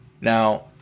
Now